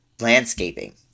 landscaping